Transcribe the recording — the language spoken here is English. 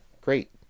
great